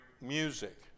music